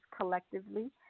collectively